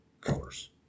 colors